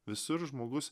visur žmogus